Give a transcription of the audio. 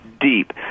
deep